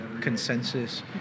consensus